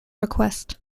request